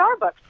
starbucks